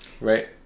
right